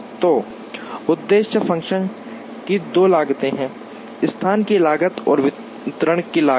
तो उद्देश्य फ़ंक्शन की दो लागतें हैं स्थान की लागत और वितरण की लागत